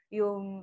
yung